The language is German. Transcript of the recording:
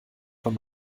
von